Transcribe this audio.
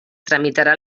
tramitarà